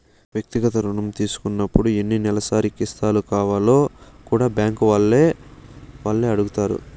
వ్యక్తిగత రుణం తీసుకున్నపుడు ఎన్ని నెలసరి కిస్తులు కావాల్నో కూడా బ్యాంకీ వాల్లే అడగతారు